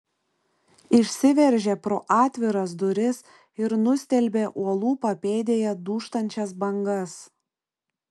išsiveržė pro atviras duris ir nustelbė uolų papėdėje dūžtančias bangas